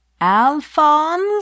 Alphonse